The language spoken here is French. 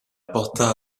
porta